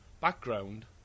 background